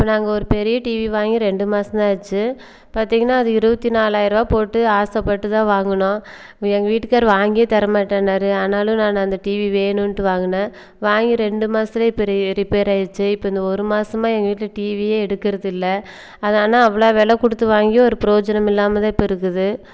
இப்போ நாங்கள் ஒரு பெரிய டிவி வாங்கி ரெண்டு மாதம் தான் ஆச்சு பார்த்தீங்கன்னா அது இருபத்தி நாலாயிரம் ரூபா போட்டு ஆசைப்பட்டு தான் வாங்கினோம் எங்கள் வீட்டுக்காரர் வாங்கியே தர மாட்டேன்னார் ஆனாலும் நான் அந்த டிவி வேணும்ன்ட்டு வாங்கினேன் வாங்கி ரெண்டு மாசத்திலயே பெரிய ரிப்பேர் ஆகிருச்சி இப்போ இந்த ஒரு மாசமாக எங்கள் வீட்டில் டிவியே எடுக்கிறதில்ல அது ஆனால் அவ்வளோவு வெலை கொடுத்து வாங்கியும் ஒரு ப்ரோயோஜனமில்லாம தான் இப்போ இருக்குது